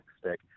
stick